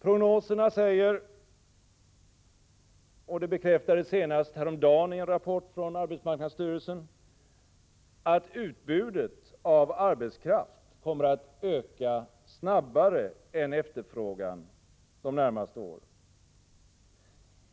Prognoserna säger — och det bekräftades senast häromdagen i en rapport från arbetsmarknadsstyrelsen — att utbudet av arbetskraft kommer att öka snabbare än efterfrågan de närmaste åren.